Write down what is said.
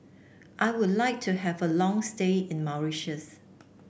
I would like to have a long stay in Mauritius